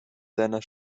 seiner